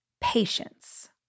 patience